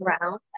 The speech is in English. round